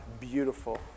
beautiful